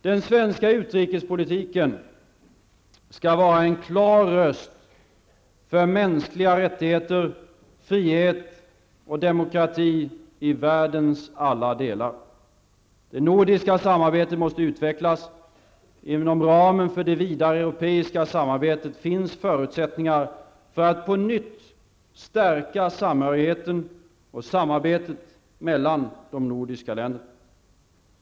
Den svenska utrikespolitiken skall vara en klar röst för mänskliga rättigheter, frihet och demokrati i världens alla delar. Det nordiska samarbetet måste utvecklas. Inom ramen för det vidare europeiska samarbetet finns förutsättningar för att på nytt stärka samhörigheten och samarbetet mellan de nordiska länderna.